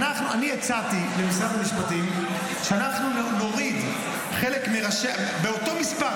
אני הצעתי למשרד המשפטים שאנחנו נוריד באותו מספר,